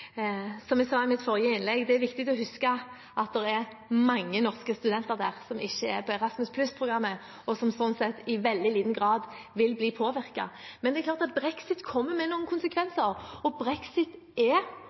Som jeg sa i mitt forrige innlegg, er det viktig å huske at det er mange norske studenter der som ikke er på Erasmus+-programmet, og som sånn sett vil bli påvirket i veldig liten grad. Men det er klart at brexit kommer med noen konsekvenser. Brexit er,